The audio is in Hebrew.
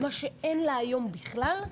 מה שאין לה היום בכלל.